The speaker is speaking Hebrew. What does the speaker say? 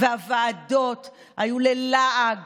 והוועדות היו ללעג